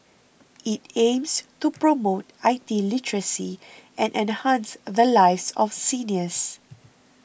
it aims to promote I T literacy and enhance the lives of seniors